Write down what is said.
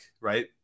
Right